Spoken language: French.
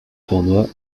tournois